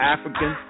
African